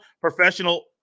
professional